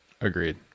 Agreed